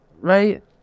right